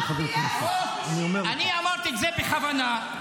--- אני אמרתי את זה בכוונה.